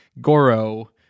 goro